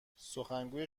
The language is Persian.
سخنگوی